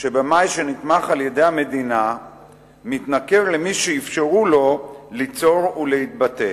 שבמאי שנתמך על-ידי המדינה מתנכר למי שאפשרו לו ליצור ולהתבטא.